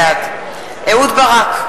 בעד אהוד ברק,